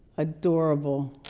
adorable.